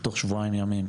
בתוך שבועיים ימים,